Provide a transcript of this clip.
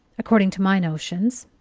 according to my notions.